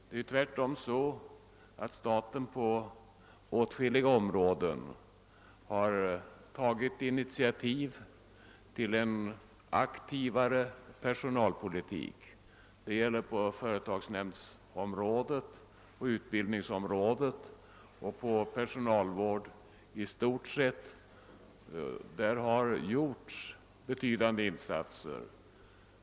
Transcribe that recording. Det är tvärtom så, att staten på at: skilliga områden har tagit initiativ till en mera aktiv personalpolitik. Det gäller på företagsnämndsområdet, på utbildningsområdet och i fråga om personalvård i stort. Där har gjorts betydande insatser.